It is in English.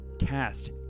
cast